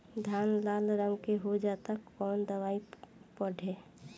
धान लाल रंग के हो जाता कवन दवाई पढ़े?